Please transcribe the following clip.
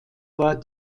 war